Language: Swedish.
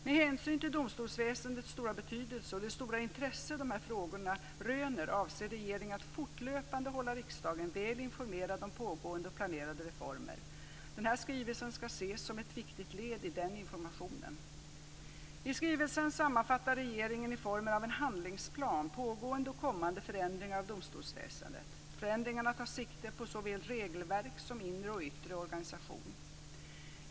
Med hänsyn till domstolsväsendets stora betydelse och det stora intresse dessa frågor röner avser regeringen att fortlöpande hålla riksdagen väl informerad om pågående och planerade reformer. Den här skrivelsen ska ses som ett viktigt led i den informationen. I skrivelsen sammanfattar regeringen i formen av en handlingsplan pågående och kommande förändringar av domstolsväsendet. Förändringarna tar sikte på såväl regelverk som inre och yttre organisation.